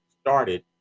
started